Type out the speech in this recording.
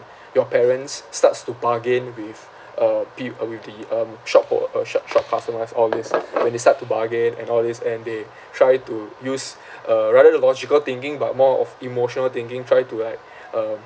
your parents starts to bargain with a be~ uh with the um shop o~ uh shop shop customers all these when they start to bargain and all these and they try to use uh rather the logical thinking but more of emotional thinking try to like um